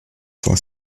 vor